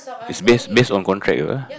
is based based on contract apa